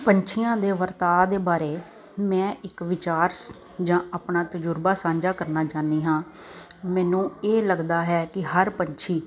ਪੰਛੀਆਂ ਦੇ ਵਰਤਾਅ ਦੇ ਬਾਰੇ ਮੈਂ ਇੱਕ ਵਿਚਾਰ ਸ ਜਾਂ ਆਪਣਾ ਤਜ਼ੁਰਬਾ ਸਾਂਝਾ ਕਰਨਾ ਚਾਹੁੰਦੀ ਹਾਂ ਮੈਨੂੰ ਇਹ ਲੱਗਦਾ ਹੈ ਕਿ ਹਰ ਪੰਛੀ